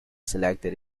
selected